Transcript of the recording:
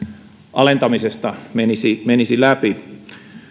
alentamisesta menisi menisi läpi